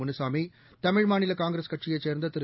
முனுசாமி தமிழ் மாநிலகாங்கிரஸ் கட்சியைச் சேர்ந்ததிரு